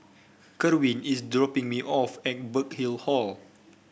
Kerwin is dropping me off at Burkill Hall